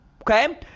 okay